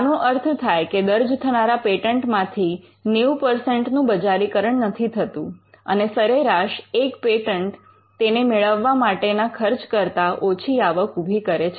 આનો અર્થ થાય કે દર્જ થનારા પેટન્ટ માંથી 90 નું બજારીકરણ નથી થતું અને સરેરાશ એક પેટન્ટ તેને મેળવવા માટેના ખર્ચ કરતા ઓછી આવક ઉભી કરે છે